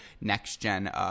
next-gen